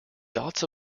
dots